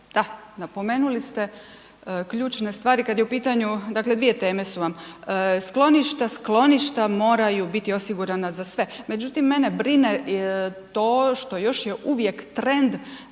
da napomenuli ste ključne stvari kad je u pitanju, dakle 2 teme su vam, skloništa, skloništa moraju biti osigurana za sve. Međutim, mene brine to što još je uvijek trend